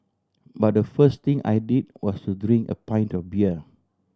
but the first thing I did was to drink a pint of beer